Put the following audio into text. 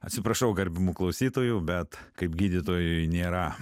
atsiprašau gerbiamų klausytojų bet kaip gydytojui nėra